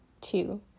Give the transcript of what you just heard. Two